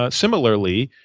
ah similarly,